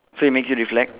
so it makes you reflect